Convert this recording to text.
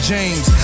James